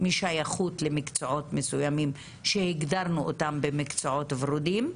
משייכות למקצועות מסוימים שהגדרנו אותם כמקצועות ורודים,